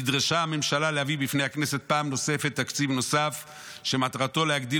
נדרשה הממשלה להביא בפני הכנסת פעם נוספת תקציב נוסף שמטרתו להגדיל